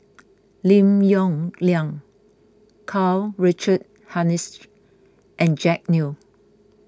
Lim Yong Liang Karl Richard Hanitsch and Jack Neo